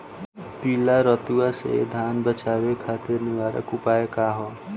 पीला रतुआ से धान बचावे खातिर निवारक उपाय का ह?